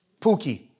Pookie